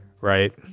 right